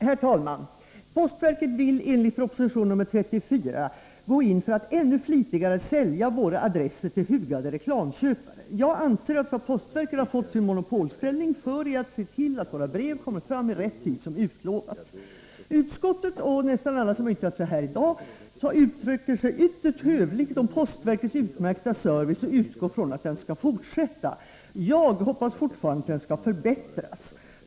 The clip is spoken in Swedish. Herr talman! Postverket vill enligt proposition 34 gå in för att ännu flitigare sälja våra adresser till hugade köpare. Jag anser att vad postverket har fått sin monopolställning för är att se till att våra brev kommer fram i rätt tid som utlovat. Utskottet och nästan alla de som har yttrat sig här i dag uttrycker sig ytterst hövligt om postverkets utmärkta service och utgår från att den skall fortsätta. Jag hoppas fortfarande att den skall förbättras.